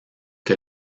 que